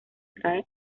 trae